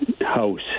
house